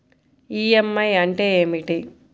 EMI అంటే ఏమిటి?